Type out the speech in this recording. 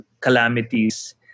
calamities